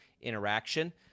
interaction